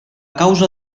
causa